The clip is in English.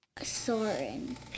Soren